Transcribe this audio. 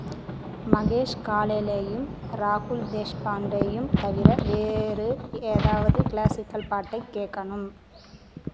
மகேஷ் காலேயையும் ராகுல் தேஷ்பாண்டேயையும் தவிர வேற ஏதாவது க்ளாசிக்கல் பாட்டைக் கேட்கணும்